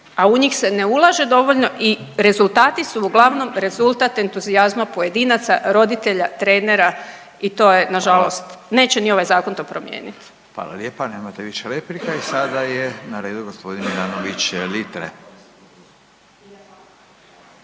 au njih se ne ulaže dovoljno i rezultati su uglavnom rezultat entuzijazma pojedinaca, roditelja, trenera i to je nažalost …/Upadica: Hvala./… neće ni ovaj zakon to promijenit. **Radin, Furio (Nezavisni)** Hvala lijepa, nemate više replika. I sada je na redu gospodin Milanović Litre.